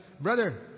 brother